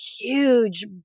huge